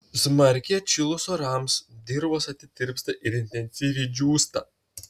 smarkiai atšilus orams dirvos atitirpsta ir intensyviai džiūsta